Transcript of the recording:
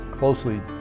closely